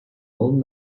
old